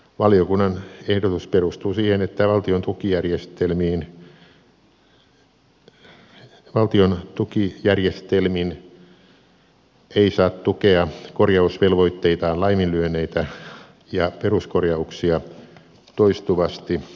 valiokunnan ehdotus perustuu siihen että valtion tukijärjestelmin ei saa tukea korjausvelvoitteitaan laiminlyöneitä ja peruskorjauksia toistuvasti siirtäneitä tahoja